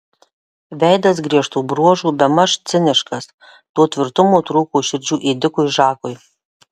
veidas griežtų bruožų bemaž ciniškas to tvirtumo trūko širdžių ėdikui žakui